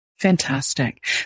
Fantastic